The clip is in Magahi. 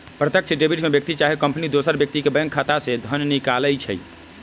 प्रत्यक्ष डेबिट में व्यक्ति चाहे कंपनी दोसर व्यक्ति के बैंक खता से धन निकालइ छै